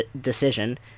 decision